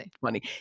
funny